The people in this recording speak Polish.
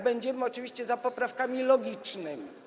Będziemy oczywiście za poprawkami logicznymi.